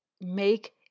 make